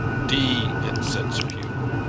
d it! said sir hugh.